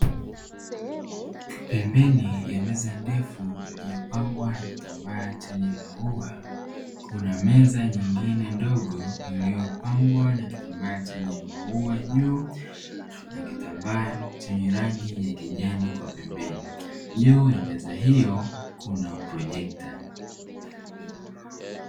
Pembeni ya meza ndefu iliyopambwa na kitambaa chenye maua kuna meza nyingine ndogo iliyopambwa na kitambaa chenye maua juu na kitambaa chenye rangi ya kijani kwa pembeni, juu ya meza hiyo kuna projekta.